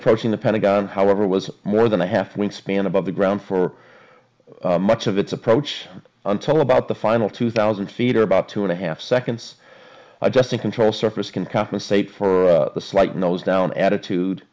approaching the pentagon however was more than a half wing span above the ground for much of its approach until about the final two thousand seater about two and a half seconds adjusting control surface can compensate for the slight nose down attitude